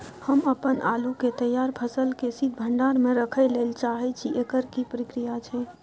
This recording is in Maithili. हम अपन आलू के तैयार फसल के शीत भंडार में रखै लेल चाहे छी, एकर की प्रक्रिया छै?